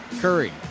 Curry